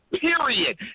period